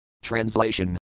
Translation